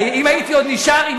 הרי אם הייתי עוד נשאר עם,